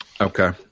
Okay